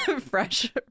fresh